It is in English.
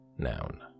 Noun